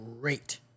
great